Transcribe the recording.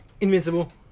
Invincible